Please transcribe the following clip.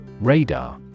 Radar